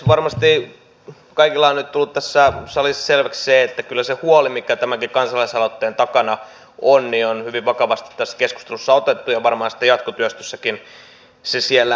varmasti kaikille on nyt tullut tässä salissa selväksi se että kyllä se huoli mikä tämänkin kansalaisaloitteen takana on on hyvin vakavasti tässä keskustelussa otettu ja varmaan sitten jatkotyöstössäkin se siellä näkyy